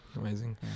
Amazing